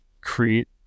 create